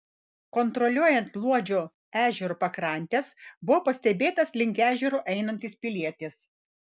kontroliuojant luodžio ežero pakrantes buvo pastebėtas link ežero einantis pilietis